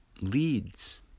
leads